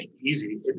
easy